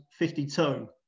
52